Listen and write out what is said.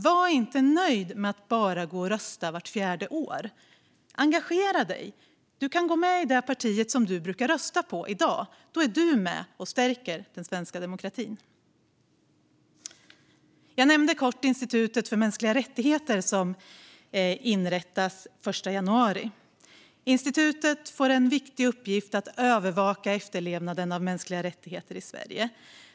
Var inte nöjd med att bara rösta vart fjärde år! Engagera dig! Du kan gå med i det parti som du brukar rösta på. Då är du med och stärker den svenska demokratin. Jag nämnde kort Institutet för mänskliga rättigheter som inrättas den 1 januari. Institutet får en viktig uppgift i att övervaka efterlevnaden av mänskliga rättigheter i Sverige.